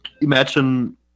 imagine